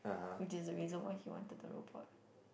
which is the reason why he wanted the robot